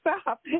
stop